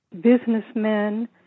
businessmen